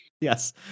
Yes